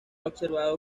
observado